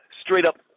straight-up